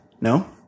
no